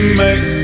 make